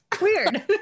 Weird